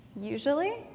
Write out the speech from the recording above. usually